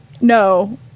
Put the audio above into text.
No